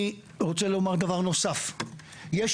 אני רוצה לומר דבר נוסף, יש